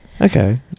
Okay